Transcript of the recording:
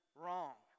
wrong